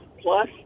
plus